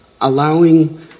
allowing